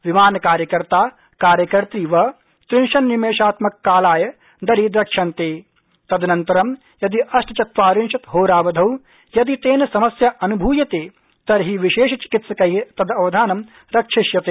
विमानकार्यकर्ता कार्यकर्त्री वा त्रिंशन्निमेषात्मककालाय दरीद्रक्ष्यते तदनन्तरं यदि अष्टचत्वारिशत् होरावधौ यदि तेन समस्या अनुभूयते तर्हि विशेषचिकित्सकै तदवधानं रक्षिष्यते